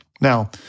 Now